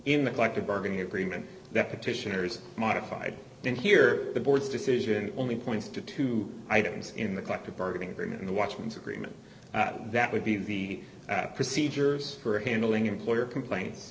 in the collective bargaining agreement that petitioners modified and here the board's decision only points to two items in the collective bargaining agreement in the watchman's agreement that would be the procedures for handling employer complaints